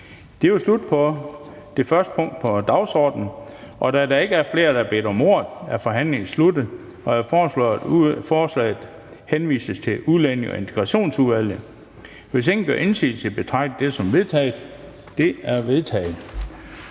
Dahl har sagt i den forbindelse. Da der ikke er flere, der har bedt om ordet, er forhandlingen sluttet. Jeg foreslår, at forslaget henvises til Udlændinge- og Integrationsudvalget. Hvis ingen gør indsigelse, betragter jeg det som vedtaget. Det er vedtaget.